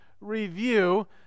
review